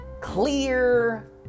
clear